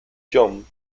john